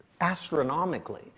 astronomically